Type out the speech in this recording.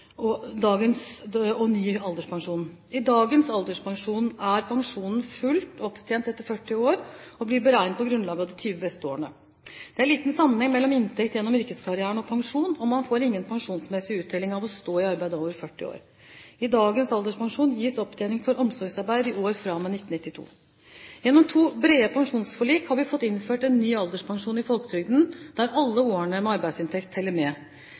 og ny alderspensjon. I dagens alderspensjon er pensjonen fullt opptjent etter 40 år, og blir beregnet på grunnlag av de 20 beste årene. Det er liten sammenheng mellom inntekt gjennom yrkeskarrieren og pensjon, og man får ingen pensjonsmessig uttelling av å stå i arbeid over 40 år. I dagens alderspensjon gis opptjening for omsorgsarbeid i år fra og med 1992. Gjennom to brede pensjonsforlik har vi fått innført en ny alderspensjon i folketrygden der alle årene med arbeidsinntekt teller med.